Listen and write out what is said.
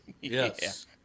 Yes